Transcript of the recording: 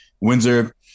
Windsor